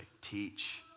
teach